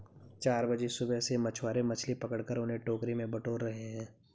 चार बजे सुबह से मछुआरे मछली पकड़कर उन्हें टोकरी में बटोर रहे हैं